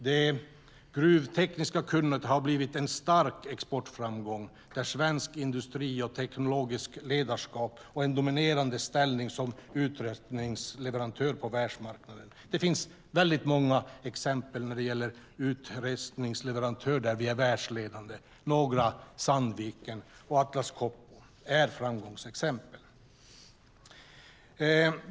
Det gruvtekniska kunnandet har blivit en stark exportframgång där svensk industri har ett teknologiskt ledarskap och en dominerande ställning som utrustningsleverantör på världsmarknaden. Det finns många exempel när det gäller utrustningsleverantörer där vi är världsledande. Några, som Sandvik och Atlas Copco, är framgångsexempel.